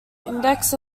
index